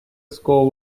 score